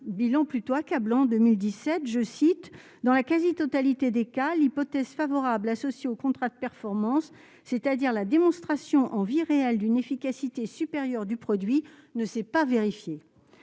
bilan plutôt accablant 2017, je cite, dans la quasi-totalité des cas l'hypothèse favorable associé aux contrats de performance, c'est-à-dire la démonstration en vie réelle d'une efficacité supérieure du produit ne s'est pas vérifiée